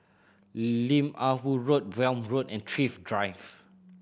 Lim Ah Woo Road Welm Road and Thrift Drive